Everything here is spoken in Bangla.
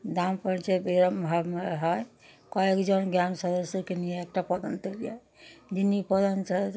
গ্রাম পর্যায়ে এরকমভাবে হয় কয়েকজন গ্রাম সদস্যকে নিয়ে একটা প্রধান তৈরি হয় যিনি প্রধান সদস্য